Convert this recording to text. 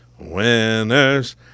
winners